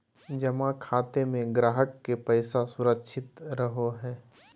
जमा खाते में ग्राहक के पैसा सुरक्षित रहो हइ